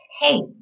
Hey